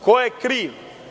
Ko je kriv?